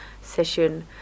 session